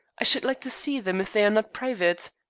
i should like to see them if they are not private.